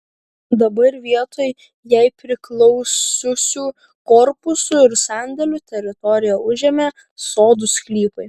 dabar vietoj jai priklausiusių korpusų ir sandėlių teritoriją užėmė sodų sklypai